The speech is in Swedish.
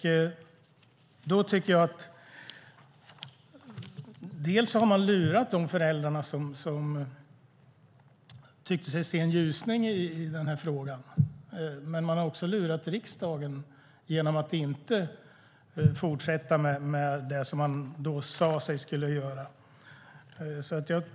Jag tycker att man har lurat de föräldrar som tyckte sig se en ljusning i frågan. Men man har också lurat riksdagen genom att inte fortsätta med det som man sade att man skulle göra.